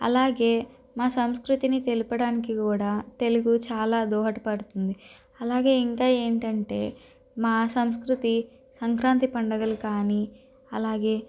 అలాగే మా సంస్కృతిని తెలుపడానికి కూడా తెలుగు చాలా దోహదపడుతుంది అలాగే ఇంకా ఏంటంటే మా సంస్కృతి సంక్రాంతి పండుగలు కానీ అలాగే